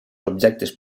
objectes